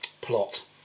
plot